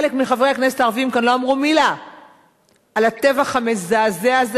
חלק מחברי הכנסת הערבים כאן לא אמרו מלה על הטבח המזעזע הזה,